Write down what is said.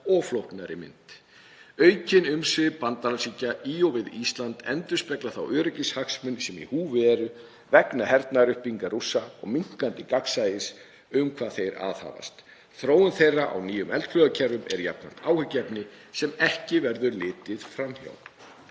og flóknari mynd. Aukin umsvif bandalagsríkja í og við Ísland endurspegla þá öryggishagsmuni sem í húfi eru vegna hernaðaruppbyggingar Rússa og minnkandi gagnsæis um hvað þeir aðhafast. Þróun þeirra á nýjum eldflaugakerfum er jafnframt áhyggjuefni sem ekki verður litið fram hjá.